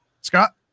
Scott